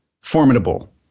formidable